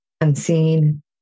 unseen